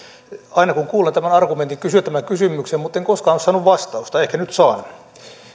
aina kun kuulen tämän argumentin kysyn tämän kysymyksen mutta en koskaan ole saanut vastausta ehkä nyt saan